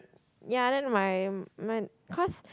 ya then my my cause